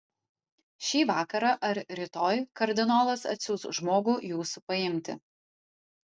šį vakarą ar rytoj kardinolas atsiųs žmogų jūsų paimti